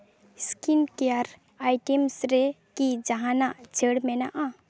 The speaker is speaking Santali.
ᱥᱠᱤᱱ ᱠᱮᱭᱟᱨᱥ ᱟᱭᱴᱮᱢᱥ ᱨᱮᱠᱤ ᱡᱟᱦᱟᱱᱟᱜ ᱪᱷᱟᱹᱲ ᱢᱮᱱᱟᱜᱼᱟ